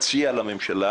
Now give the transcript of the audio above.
תציע לממשלה